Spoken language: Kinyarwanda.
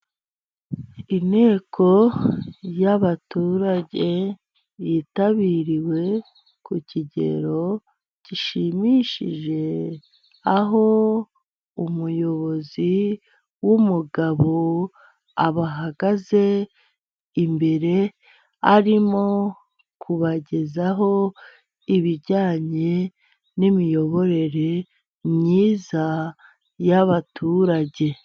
Inteko y'abaturage yitabiriwe ku kigero gishimishije, aho umuyobozi w'umugabo abahagaze imbere, arimo kubagezaho ibijyanye n'imiyoborere myiza y'abaturage.